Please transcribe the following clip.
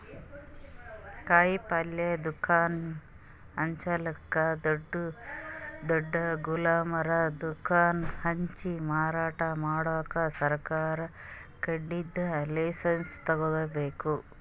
ಕಾಯಿಪಲ್ಯ ದುಕಾನ್ ಹಚ್ಚಲಕ್ಕ್ ದೊಡ್ಡ್ ದೊಡ್ಡ್ ಗೊಬ್ಬರ್ ದುಕಾನ್ ಹಚ್ಚಿ ಮಾರಾಟ್ ಮಾಡಕ್ ಸರಕಾರ್ ಕಡೀನ್ದ್ ಲೈಸನ್ಸ್ ತಗೋಬೇಕ್